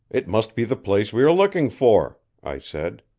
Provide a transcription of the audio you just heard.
it must be the place we are looking for, i said.